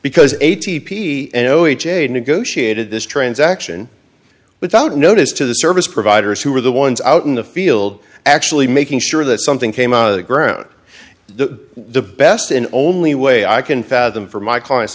because a t p n o h eight negotiated this transaction without notice to the service providers who are the ones out in the field actually making sure that something came out of the ground the the best and only way i can fathom for my clients